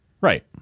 Right